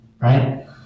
right